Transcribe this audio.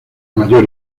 mayor